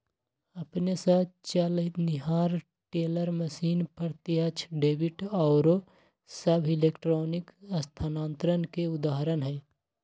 अपने स चलनिहार टेलर मशीन, प्रत्यक्ष डेबिट आउरो सभ इलेक्ट्रॉनिक स्थानान्तरण के उदाहरण हइ